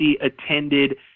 attended